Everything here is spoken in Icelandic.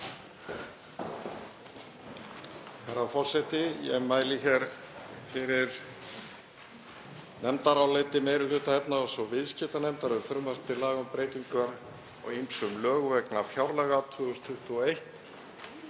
Herra forseti. Ég mæli hér fyrir nefndaráliti meiri hluta efnahags- og viðskiptanefndar um frumvarp til laga um breytingar á ýmsum lögum vegna fjárlaga 2021.